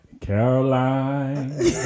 Caroline